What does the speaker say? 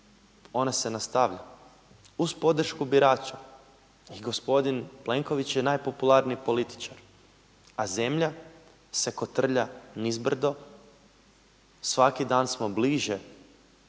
ona se nastavlja uz podršku birača. I gospodin Plenković je najpopularniji političar, a zemlja se kotrlja nizbrdo, svaki dan smo bliže